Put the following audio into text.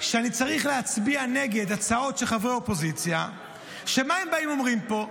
שאני צריך להצביע נגד הצעות של חברי אופוזיציה שמה הם באים ואומרים פה?